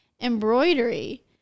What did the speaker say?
embroidery